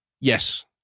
Yes